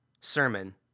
sermon